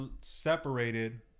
separated